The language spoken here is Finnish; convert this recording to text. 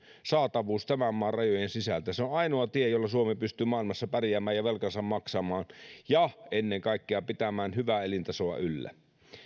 saatavuus tämän maan rajojen sisältä se on ainoa tie jolla suomi pystyy maailmassa pärjäämään ja velkansa maksamaan ja ennen kaikkea pitämään hyvää elintasoa yllä